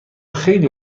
خیلی